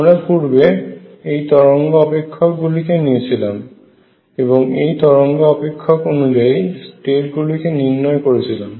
আমরা পূর্বে এই তরঙ্গ অপেক্ষকগুলিকে নিয়েছিলাম এবং এই তরঙ্গ অপেক্ষক অনুযায়ী স্টেট গুলিকে নির্ণয় করেছিলাম